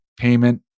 payment